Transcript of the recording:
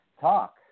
talk